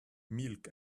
milk